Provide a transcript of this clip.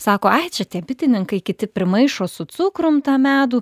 sako ai čia tie bitininkai kiti primaišo su cukrum tą medų